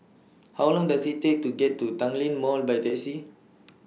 How Long Does IT Take to get to Tanglin Mall By Taxi